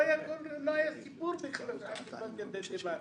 לא היה סיפור בכלל של חטיפת ילדי תימן.